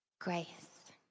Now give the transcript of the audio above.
grace